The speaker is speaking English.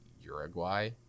Uruguay